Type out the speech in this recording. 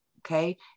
Okay